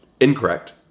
incorrect